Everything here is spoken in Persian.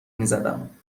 میزدم